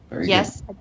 Yes